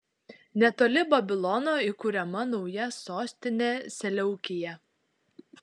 netoli babilono įkuriama nauja sostinė seleukija